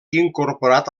incorporat